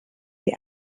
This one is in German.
dir